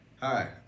hi